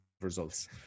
results